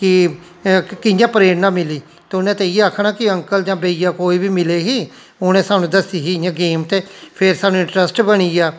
कि कि'यां प्रेऱणा मिली ते उ'नें ते इयै आक्खना कि अकंल जां भैया कोई बी मिले ही उ'नें सानू दस्सी ही इयां गेम ते फिर सानू इंटरेस्ट बनी गेआ